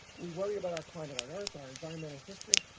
we worry about our climate on earth, our environmental history.